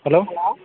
hello